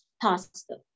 pasta